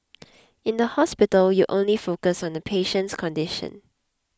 in the hospital you only focus on the patient's condition